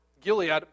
Gilead